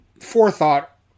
forethought